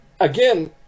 Again